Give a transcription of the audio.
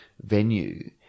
venue